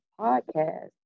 podcast